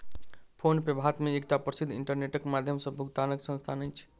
PhonePe Bharat मे एकटा प्रसिद्ध इंटरनेटक माध्यम सॅ भुगतानक संस्थान अछि